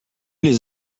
les